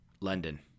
london